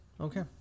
okay